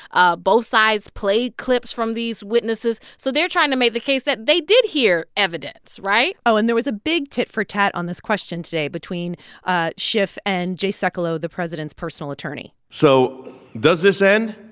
ah both sides played clips from these witnesses. so they're trying to make the case that they did hear evidence, right? oh, and there was a big tit-for-tat on this question today between ah schiff and jay sekulow, the president's personal attorney so does this end?